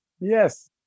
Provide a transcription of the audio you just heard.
Yes